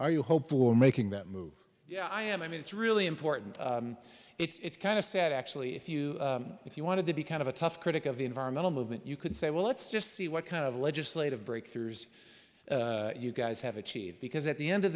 are you hope for making that move yeah i am i mean it's really important it's kind of sad actually if you if you wanted to be kind of a tough critic of the environmental movement you could say well let's just see what kind of legislative breakthroughs you guys have achieved because at the end of